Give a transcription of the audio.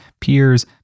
peers